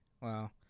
Wow